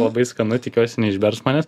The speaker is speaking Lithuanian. labai skanu tikiuosi neišbers manęs